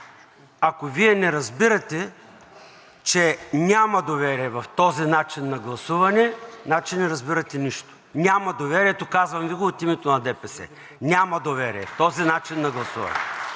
Ако Вие не разбирате, че няма доверие в този начин на гласуване, значи не разбирате нищо. Няма го доверието, казвам Ви го от името на ДПС. Няма доверие в този начин на гласуване.